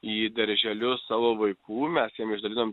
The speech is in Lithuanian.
į darželius savo vaikų mes jiem išdalinom